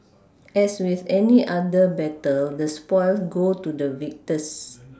as with any other battle the spoils go to the victors